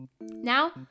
Now